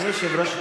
אדוני היושב-ראש,